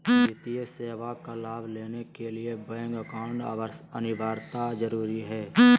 वित्तीय सेवा का लाभ लेने के लिए बैंक अकाउंट अनिवार्यता जरूरी है?